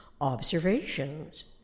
observations